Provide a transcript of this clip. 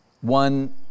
One